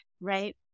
right